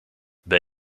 ben